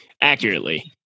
accurately